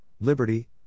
liberty